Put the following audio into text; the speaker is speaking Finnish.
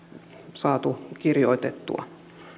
saatu kirjoitettua